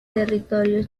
territorio